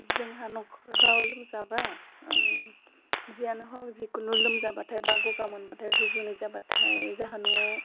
जोंहा न'खराव लोमजाबा ओह जियानो हग जिखुनु लोमजाबाथाय बा गगा मोनबाथाय गुजुनाय जाबाथाय जाहा न'आव